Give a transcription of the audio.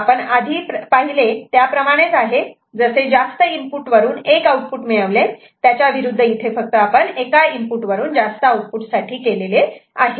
आपण आधी पाहिले त्याप्रमाणेच आहे जसे जास्त इनपुट वरून एक आउटपुट मिळविले त्याच्याविरुद्ध इथे फक्त एका इनपुट वरून जास्त आउटपुट साठी केले आहे